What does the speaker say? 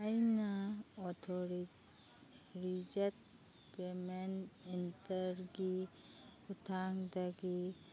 ꯑꯩꯅ authorised payment ꯏꯟꯇꯔꯒꯤ ꯈꯨꯊꯥꯡꯗꯒꯤ